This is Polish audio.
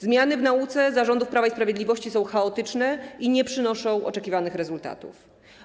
Zmiany w nauce za rządów Prawa i Sprawiedliwości są chaotyczne i nie przynoszą oczekiwanych rezultatów.